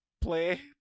play